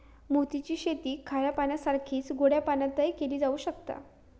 मोती ची शेती खाऱ्या पाण्यासारखीच गोड्या पाण्यातय केली जावक शकता